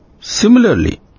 Similarly